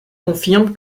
confirme